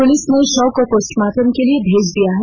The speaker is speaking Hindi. पुलिस ने शव को पोस्टमार्टम के लिए भेज दिया है